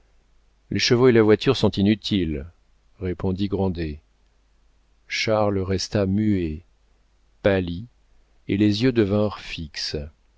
les chevaux et la voiture sont inutiles répondit grandet charles resta muet pâlit et ses yeux devinrent fixes